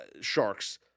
Sharks